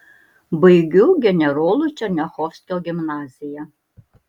baigiu generolo černiachovskio gimnaziją